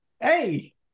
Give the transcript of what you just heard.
Hey